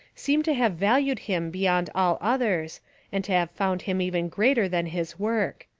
seem to have valued him beyond all others and to have found him even greater than his work.